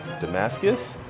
Damascus